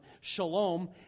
Shalom